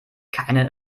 keinen